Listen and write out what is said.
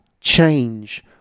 change